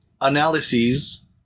analyses